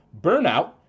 Burnout